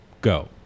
go